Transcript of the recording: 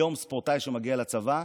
היום ספורטאי שמגיע לצבא,